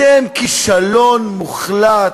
אתם כישלון מוחלט.